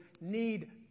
need